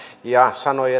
ja sanoi